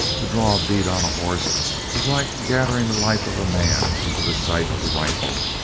to draw a bead on a horse was like gathering the life of a man into the sight of the rifle,